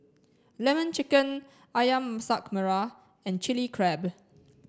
lemon chicken ayam masak merah and chili crab